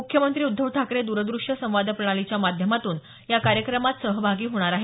मुख्यमंत्री उद्धव ठाकरे द्रद्रष्य संवाद प्रणालीच्या माध्यमातून या कार्यक्रमात सहभागी होणार आहेत